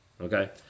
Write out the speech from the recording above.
Okay